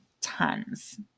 tons